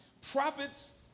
Prophets